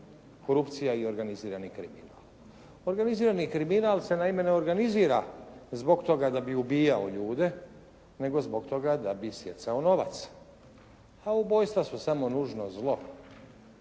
korupcija i organizirani kriminal. Organizirani kriminal se naime ne organizirala zbog toga da bi ubijao ljude, nego zbog toga da bi stjecao novac, a ubojstva su samo nužno zlo